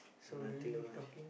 so do you love talking